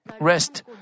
rest